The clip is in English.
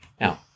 Now